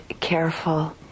careful